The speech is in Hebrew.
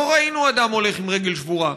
לא ראינו אדם הולך עם רגל שבורה.